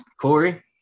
Corey